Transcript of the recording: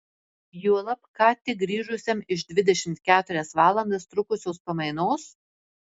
juolab ką tik grįžusiam iš dvidešimt keturias valandas trukusios pamainos